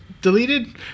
deleted